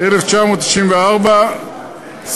התשנ"ה 1994,